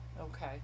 okay